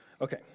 Okay